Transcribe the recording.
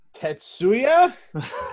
Tetsuya